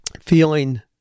Feeling